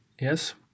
Yes